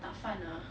tak fun lah